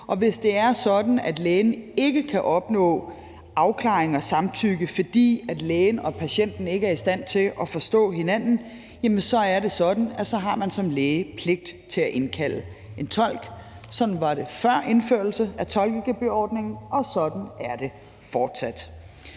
Og hvis det er sådan, at lægen ikke kan opnå afklaring og samtykke, fordi lægen og patienten ikke er i stand til at forstå hinanden, så har man som læge pligt til at indkalde en tolk. Sådan var det før indførelse af tolkegebyrordningen, og sådan er det fortsat.